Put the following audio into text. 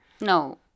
no